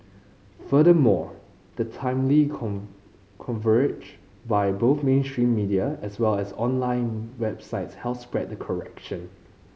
furthermore the timely by both mainstream media as well as online websites help spread the correction